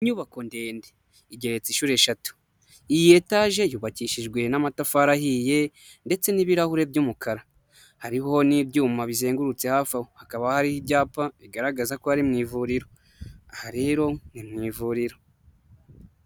Inyubako ndende igeretse inshuro eshatu, iyi etaje yubakishijwe n'amatafari ahiye ndetse n'ibirahuri by'umukara, hariho n'ibyuma bizengurutse hafi aho, hakaba hari ibyapa bigaragaza ko ari mu ivuriro, aha rero ni mu ivuriro.